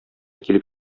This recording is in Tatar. килеп